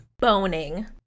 Boning